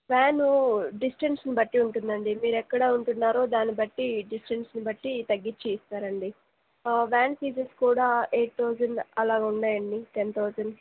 van డిస్టెన్స్ని బట్టి ఉంటుందండి మీరెక్కడ ఉంటున్నారో దాన్ని బట్టి డిస్టెన్స్ని బట్టి తగ్గించి ఇస్తారండి వ్యాన్ ఫీజ్ కూడా ఎయిట్ థౌజండ్ అలాగ ఉన్నాయండి టెన్ థౌజండ్